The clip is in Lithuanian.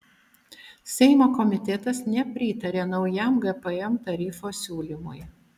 seimo komitetas nepritarė naujam gpm tarifo siūlymui